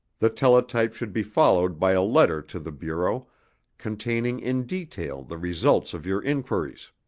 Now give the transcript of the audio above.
the teletype should be followed by a letter to the bureau containing in detail the results of your inquiries.